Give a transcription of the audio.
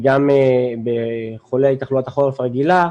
וגם בחולי תחלואת החורף הרגילה.